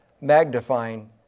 magnifying